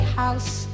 house